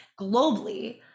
globally